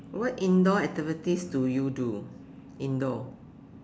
what indoor activities do you do indoor